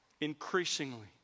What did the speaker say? increasingly